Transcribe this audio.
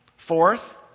Fourth